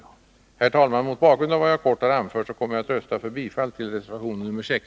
Herr talman! Mot bakgrund av vad jag kort har anfört kommer jag att rösta för bifall till reservation nr 6.